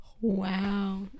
Wow